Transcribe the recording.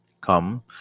come